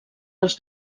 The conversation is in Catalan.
els